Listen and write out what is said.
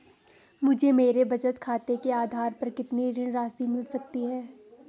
मुझे मेरे बचत खाते के आधार पर कितनी ऋण राशि मिल सकती है?